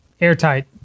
airtight